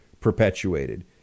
perpetuated